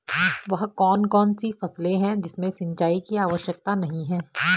वह कौन कौन सी फसलें हैं जिनमें सिंचाई की आवश्यकता नहीं है?